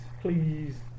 please